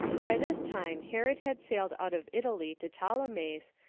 by this time herod had sailed out of italy to ptolemais,